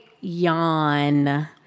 Yawn